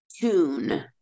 tune